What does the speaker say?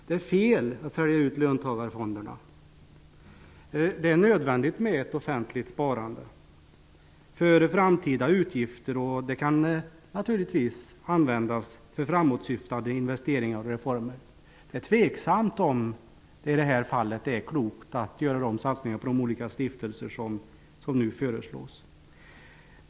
Det är fel att sälja ut löntagarfonderna. Det är nödvändigt med ett offentligt sparande för framtida utgifter. Pengarna kan naturligtvis användas för framåtsyftande investeringar och reformer. Det är tveksamt om det i det här fallet är klokt att göra de satsningar på olika stiftelser som nu föreslås.